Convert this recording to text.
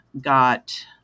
got